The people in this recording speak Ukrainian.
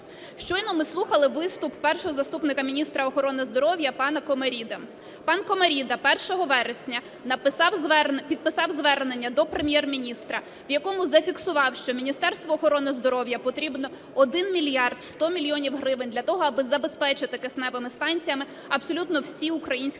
Щойно ми слухали виступ першого заступника міністра охорони здоров'я пана Комаріди. Пан Комаріда 1 вересня підписав звернення до Прем'єр-міністра, в якому зафіксував, що Міністерству охорони здоров'я потрібно 1 мільярд 100 мільйонів гривень для того, аби забезпечити кисневими станціями абсолютно всі українські лікарні,